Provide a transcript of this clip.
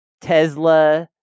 Tesla